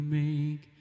make